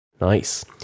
nice